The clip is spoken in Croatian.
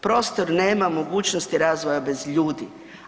Prostor nema mogućnosti razvoja bez ljudi.